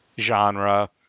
genre